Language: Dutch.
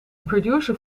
producer